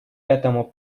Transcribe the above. этому